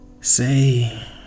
Say